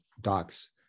docs